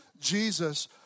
Jesus